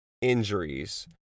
injuries